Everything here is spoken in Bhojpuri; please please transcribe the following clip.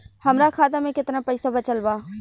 हमरा खाता मे केतना पईसा बचल बा?